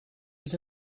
was